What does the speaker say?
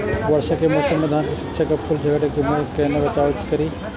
वर्षा के मौसम में धान के शिश के फुल के झड़े से केना बचाव करी?